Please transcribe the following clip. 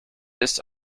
ist